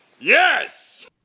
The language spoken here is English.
Yes